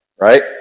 Right